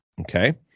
Okay